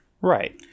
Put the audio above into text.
right